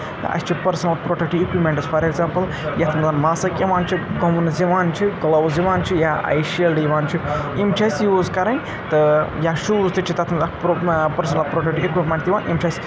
تہٕ اَسہِ چھِ personal protect equipments for example یَتھ منٛز ماسٕک یِوان چھِ یِوان چھِ گٕلَوُز یِوان چھِ یا آی شیٖلڈ یِوان چھِ یِم چھِ اَسہِ یوٗز کَرٕنۍ تہٕ یا شوٗز تہِ چھِ تَتھ منٛز اَکھ پرٛو پٔرسٕنَل پرٛوٹیٚکٹ اِکیوٗپمٮ۪نٹ تہِ یِوان یِم چھِ اَسہِ